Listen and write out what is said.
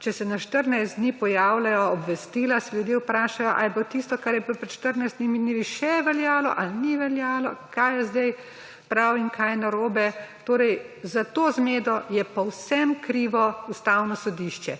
če se na 14 dni pojavljajo obvestila, vas ljudje vprašajo, ali je tisto, kar je bilo pred štirinajstimi dnevi, še veljalo ali ni veljalo, kaj je zdaj prav in kaj narobe. Torej za to zmedo je povsem krivo Ustavno sodišče,